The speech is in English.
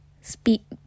speak